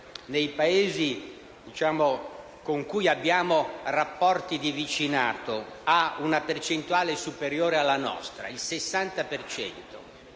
nei Paesi con cui abbiamo rapporti di vicinato ha una percentuale superiore alla nostra, il 60